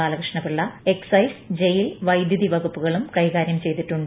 Balakrishna Pillai excise jail വൈദ്യുതി വകുപ്പുകളും കൈകാര്യം ചെയ്തിട്ടുണ്ട്